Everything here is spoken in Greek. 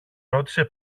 ρώτησε